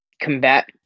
combat